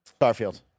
Starfield